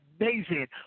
amazing